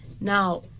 now